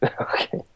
Okay